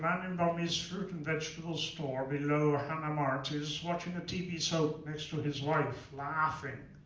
in bomi's fruit and vegetable store, below hana mart, is watching a tv soap next to his wife, laughing,